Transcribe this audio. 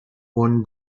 won